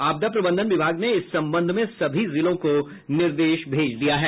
आपदा प्रबंधन विभाग ने इस संबंध में सभी जिलों को निर्देश भेज दिया है